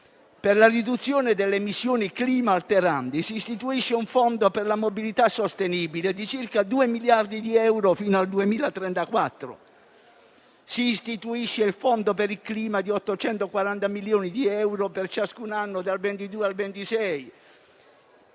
Per la riduzione delle emissioni climalteranti si istituisce un fondo per la mobilità sostenibile di circa 2 miliardi di euro fino al 2034; si istituisce il fondo per il clima di 840 milioni di euro per ciascun anno dal 2022 al 2026.